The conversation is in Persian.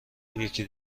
یکی